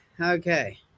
Okay